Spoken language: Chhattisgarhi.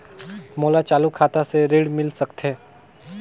मोर चालू खाता से ऋण मिल सकथे?